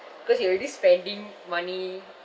cause you're already spending money